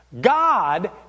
God